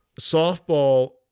Softball